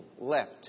left